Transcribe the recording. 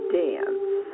dance